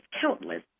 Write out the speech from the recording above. countless